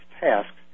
tasks